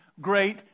great